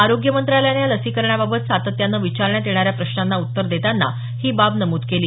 आरोग्य मंत्रालयानं या लसीकरणाबाबत सातत्यानं विचारण्यात येणाऱ्या प्रश्नांना उत्तर देताना ही बाब नमूद केली